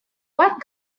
what